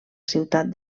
ciutat